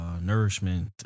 nourishment